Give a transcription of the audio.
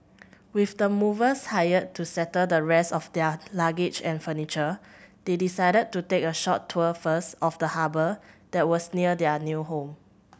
with the movers hired to settle the rest of their luggage and furniture they decided to take a short tour first of the harbour that was near their new home